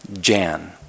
Jan